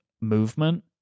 movement